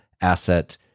asset